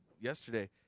yesterday